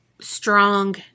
strong